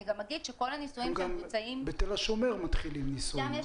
הם מתחילים גם בתל השומר ניסוי.